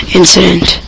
incident